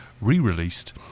re-released